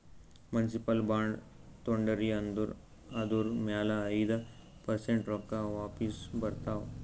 municipal bond ತೊಂಡಿರಿ ಅಂದುರ್ ಅದುರ್ ಮ್ಯಾಲ ಐಯ್ದ ಪರ್ಸೆಂಟ್ ರೊಕ್ಕಾ ವಾಪಿಸ್ ಬರ್ತಾವ್